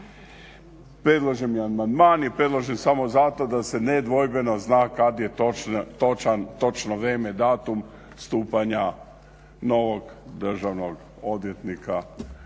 Predloženi amandman je predložen samo zato da se nedvojbeno zna kad je točno vrijeme, datum stupanja novog državnog odvjetnika